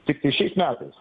tiktai šiais metais